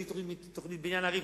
צריך להביא תוכנית בניין עיר,